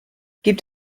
gibt